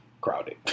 Crowded